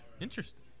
Interesting